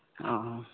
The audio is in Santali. ᱚ